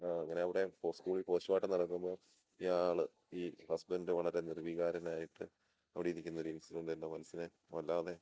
അങ്ങനെ അവിടെ സ്കൂളിൽ പോസ്റ്റ്മാട്ടം നടക്കുമ്പോൾ ഇയാൾ ഈ ഹസ്ബൻഡ് വളരെ നിർവികാരനായിട്ട് അവിടെ ഇരിക്കുന്ന ഒരു ഇൻസിണ്ടൻ്റ് എൻ്റെ മനസ്സിനെ വല്ലാതെ